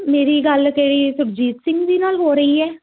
ਮੇਰੀ ਗੱਲ ਕਿਹੜੀ ਸੁਰਜੀਤ ਸਿੰਘ ਜੀ ਨਾਲ ਹੋ ਰਹੀ ਹੈ